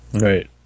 Right